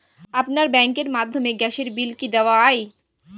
আপনার ব্যাংকের মাধ্যমে গ্যাসের বিল কি দেওয়া য়ায়?